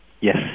Yes